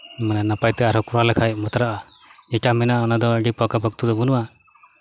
ᱢᱟᱱᱮ ᱱᱟᱯᱟᱭᱛᱮ ᱟᱨᱦᱚᱸ ᱠᱚᱨᱟᱣ ᱞᱮᱠᱷᱟᱡ ᱵᱟᱛᱨᱟᱜᱼᱟ ᱮᱴᱟᱜ ᱢᱮᱱᱟᱜᱼᱟ ᱚᱱᱟ ᱫᱚ ᱟᱹᱰᱤ ᱯᱟᱠᱟ ᱯᱚᱠᱛᱚ ᱫᱚ ᱵᱟᱹᱱᱩᱜᱼᱟ